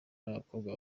b’abakobwa